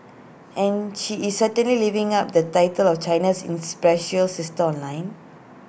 and she is certainly living up the title of China's inspirational sister online